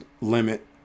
limit